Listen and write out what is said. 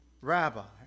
rabbi